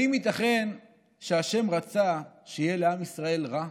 האם ייתכן שה' רצה שיהיה לעם ישראל רע?